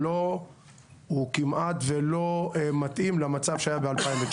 הוא כמעט ולא מתאים למצב שהיה ב- 2019,